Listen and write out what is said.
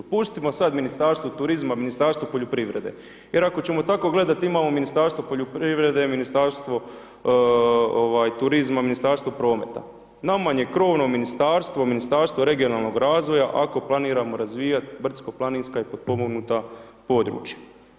Pustimo sad Ministarstvo turizma, Ministarstvo poljoprivrede jer ako ćemo tako gledati, imamo Ministarstvo poljoprivrede, Ministarstvo turizma, Ministarstvo prometa, nama je krovno ministarstvo, Ministarstvo regionalnog razvoja ako planiramo razvijati brdsko-planinska i potpomognuta područja.